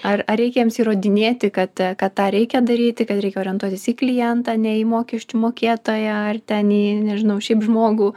ar ar reikia jiems įrodinėti kad a kad tą reikia daryti kad reikia orientuotis į klientą ne į mokesčių mokėtoją ar ten į nežinau šiaip žmogų